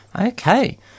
Okay